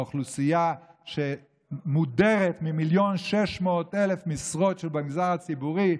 האוכלוסייה שמודרת מ-1.6 מיליון משרות של המגזר הציבורי,